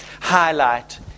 highlight